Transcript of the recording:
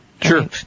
Sure